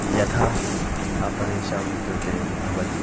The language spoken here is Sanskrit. यथा अपरेषां कृते भवति